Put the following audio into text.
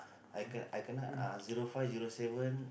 I ken~ I kena uh zero five zero seven